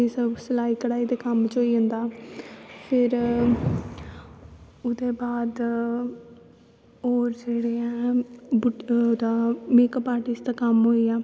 एह् सब सलाई कढ़ाई दे कम्म च होई जंदा फिर ओह्दे बाद होर जेह्ड़े ऐ मेकअप आर्टिस्ट दा कम्म होईया